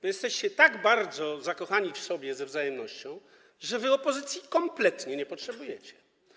Wy jesteście tak bardzo zakochani w sobie ze wzajemnością, że wy opozycji kompletnie nie potrzebujecie.